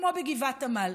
כמו בגבעת עמל.